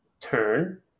turn